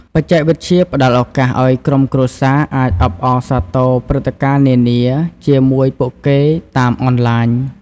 បច្ចេកវិទ្យាផ្តល់ឱកាសឲ្យក្រុមគ្រួសារអាចអបអរសាទរព្រឹត្តិការណ៍នានា ជាមួយពួកគេតាមអនឡាញ។